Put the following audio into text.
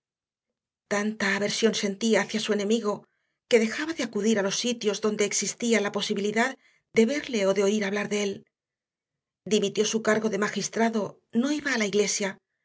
tanta aversión sentía hacia su enemigo que dejaba de acudir a los sitios donde existía la posibilidad de verle o de oír hablar de él dimitió su cargo de magistrado no iba a la iglesia